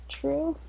true